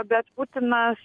bet putinas